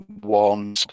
one